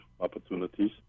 opportunities